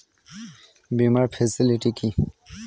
বীমার ফেসিলিটি কি?